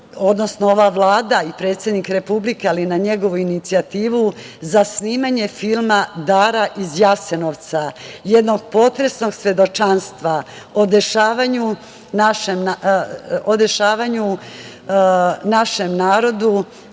odnosno ova Vlada i predsednik republike, ali na njegovu inicijativu za snimanje filma „Dara iz Jasenovca“. Jednog potresnog svedočanstva o dešavanju našeg naroda,